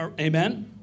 Amen